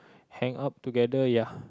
hang out together ya